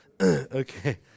Okay